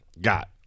got